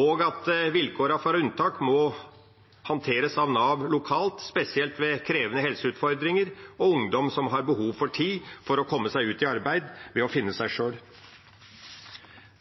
og at vilkårene for unntak måtte håndteres av Nav lokalt, spesielt ved krevende helseutfordringer, og når det er snakk om ungdom som har behov for tid for å komme seg ut i arbeid ved å finne seg sjøl.